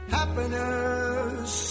happiness